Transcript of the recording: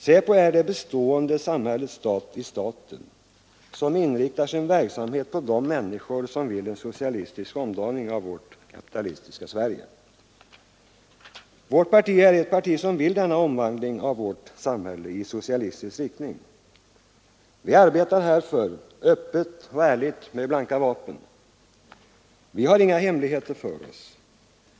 SÄPO är det bestående samhällets ”stat i staten”, som inriktar sin verksamhet på de människor som vill en socialistisk omdaning av vårt kapitalistiska Sverige. Vårt parti vill denna omvandling av vårt samhälle i socialistisk riktning. Vi arbetar därför öppet och ärligt med blanka vapen. Vi har inga hemligheter för oss.